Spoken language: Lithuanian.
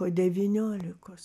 po devyniolikos